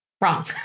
Wrong